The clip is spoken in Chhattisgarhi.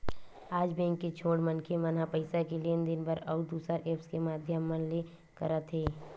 आज बेंक के छोड़ मनखे मन ह पइसा के लेन देन बर अउ दुसर ऐप्स के माधियम मन ले करत हे